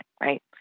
right